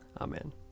Amen